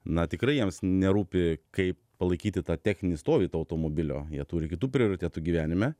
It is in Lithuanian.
na tikrai jiems nerūpi kaip palaikyti tą techninį stovį to automobilio jie turi kitų prioritetų gyvenime